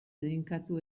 bedeinkatu